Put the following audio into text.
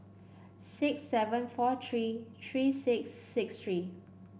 six seven four three three six six three